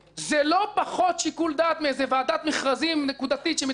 זה לא פחות שיקול דעת מוועדת מכרזים נקודתית שמתכנסת